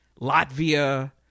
Latvia